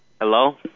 Hello